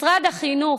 משרד החינוך,